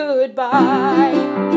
goodbye